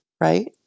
right